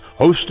hosted